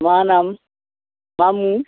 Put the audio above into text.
मा नाम मा मुं